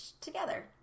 together